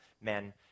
men